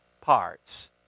parts